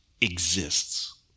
exists